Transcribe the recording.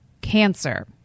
cancer